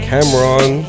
Cameron